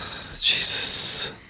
Jesus